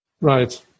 Right